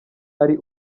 ari